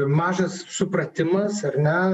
mažas supratimas ar ne